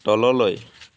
তললৈ